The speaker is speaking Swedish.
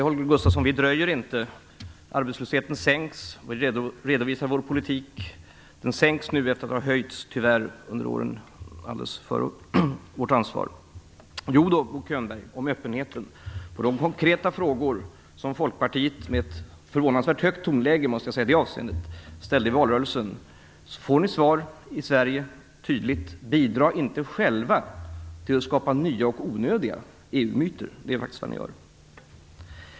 Herr talman! Nej, Holger Gustafsson, vi dröjer inte, och vi redovisar vår politik. Arbetslösheten sänks. Den sänks nu efter att tyvärr ha höjts under åren alldeles före vårt ansvar. Jo då, Bo Könberg, jag förstod frågan om öppenheten. På de konkreta frågor som Folkpartiet ställde i valrörelsen, i ett förvånansvärt högt tonläge måste jag säga, får ni tydligt svar i Sverige. Bidra inte själva till att skapa nya och onödiga EU-myter, för det är faktiskt vad ni gör.